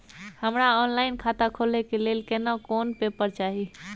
हमरा ऑनलाइन खाता खोले के लेल केना कोन पेपर चाही?